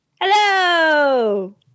Hello